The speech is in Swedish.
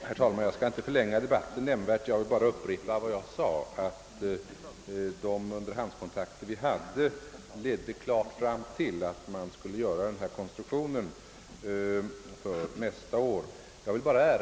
Herr talman! Jag skall inte förlänga debatten nämnvärt; jag vill bara upprepa att de underhandskontakter vi hade klart ledde fram till att vi borde göra denna konstruktion för nästa år.